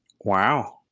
Wow